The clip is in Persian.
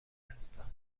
هستم